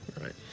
Right